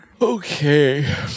okay